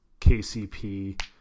KCP